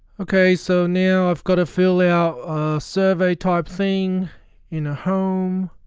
ok so now i've got to fill out a survey type thing in a home